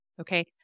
okay